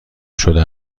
شده